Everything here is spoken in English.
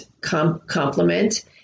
complement